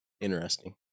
Interesting